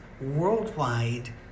worldwide